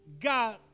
God